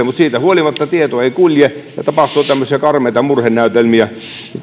mutta siitä huolimatta tieto ei kulje ja tapahtuu tämmöisiä karmeita murhenäytelmiä